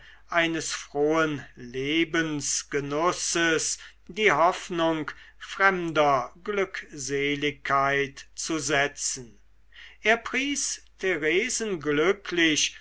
eines frohen lebensgenusses die hoffnung fremder glückseligkeit zu setzen er pries theresen glücklich